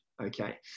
Okay